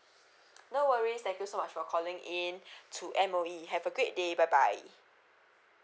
no worries thank you so much for calling in to M_O_E have a great day bye bye